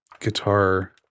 guitar